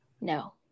No